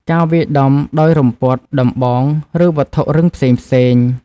ការវាយដំដោយរំពាត់ ដំបង ឬវត្ថុរឹងផ្សេងៗ។